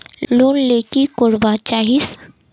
Loan ले की करवा चाहीस?